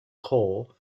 corps